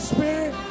Spirit